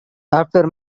after